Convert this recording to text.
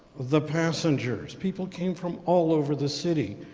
the passengers, people came from all over the city.